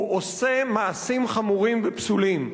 הוא עושה מעשים חמורים ופסולים.